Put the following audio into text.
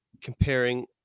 comparing